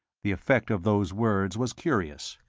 the effect of those words was curious.